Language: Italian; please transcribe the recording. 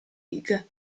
league